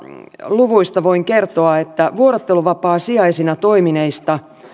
luvuista voin kertoa että vuorotteluvapaasijaisina toimineista